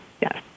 Yes